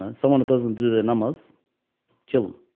and someone that doesn't do their numbers kill